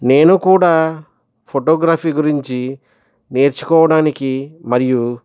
నేను కూడా ఫోటోగ్రఫీ గురించి నేర్చుకోవడానికి మరియు